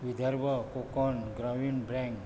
विधर्व कोकण ग्रामीण बँक